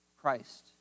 Christ